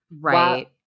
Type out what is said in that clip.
Right